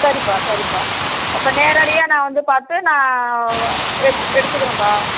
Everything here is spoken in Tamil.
சரிப்பா சரிப்பா அப்போ நேரடியாக நான் வந்து பார்த்து நான் எட்த் எடுத்துக்கிறோம்பா